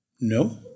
no